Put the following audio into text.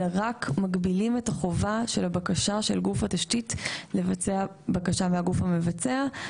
אלא רק מגבילים את החובה של הבקשה של גוף התשתית לבצע בקשה מהגוף המבצע.